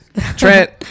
Trent